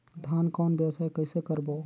धान कौन व्यवसाय कइसे करबो?